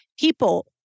people